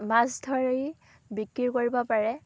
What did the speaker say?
মাছ ধৰি বিক্ৰী কৰিব পাৰে